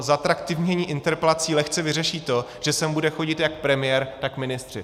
Zatraktivnění interpelací lehce vyřeší to, že sem bude chodit jak premiér, tak ministři.